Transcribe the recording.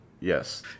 Yes